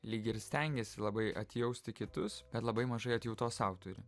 lyg ir stengiasi labai atjausti kitus bet labai mažai atjautos sau turi